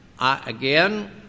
again